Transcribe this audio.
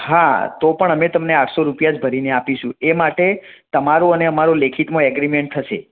હા તો પણ અમે તમને આઠસો રૂપિયા જ ભરીને આપીશું એ માટે તમારું અને અમારું લેખિતમાં એગ્રીમેન્ટ થશે